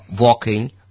Walking